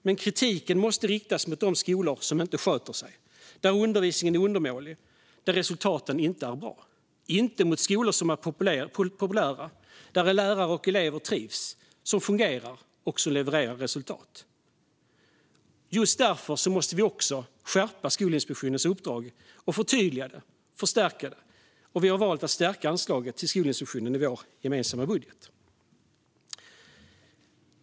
Men kritiken måste riktas mot de skolor som inte sköter sig, skolor där undervisningen är undermålig och resultaten inte är bra, och inte mot populära skolor där lärare och elever trivs, skolor som fungerar och som levererar resultat. Just därför måste vi skärpa Skolinspektionens uppdrag och förtydliga och förstärka det. Vi har valt att höja anslaget till Skolinspektionen i vår gemensamma budget.